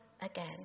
again